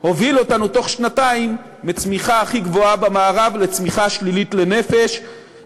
הוביל אותנו בתוך שנתיים מצמיחה הכי גבוהה במערב לצמיחה שלילית לנפש,